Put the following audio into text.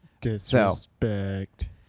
Disrespect